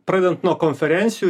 pradedant nuo konferencijų